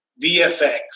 VFX